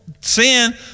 sin